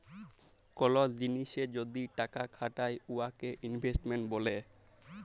call জিলিসে যদি টাকা খাটায় উয়াকে ইলভেস্টমেল্ট ব্যলে